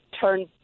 turn